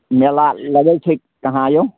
मेला लगै छै कहाँ यौ